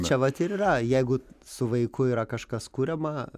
čia vat ir yra jeigu su vaiku yra kažkas kuriama